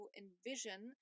envision